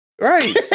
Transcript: Right